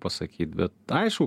pasakyt bet aišku